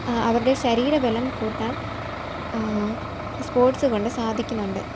അവരുടെ ശരീര ബലം കൂട്ടാൻ സ്പോർട്സ് കൊണ്ട് സാധിക്കുന്നുണ്ട്